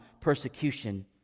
persecution